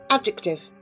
Adjective